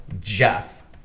Jeff